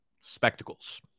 spectacles